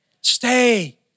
Stay